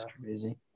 Crazy